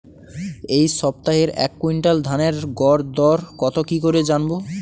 এই সপ্তাহের এক কুইন্টাল ধানের গর দর কত কি করে জানবো?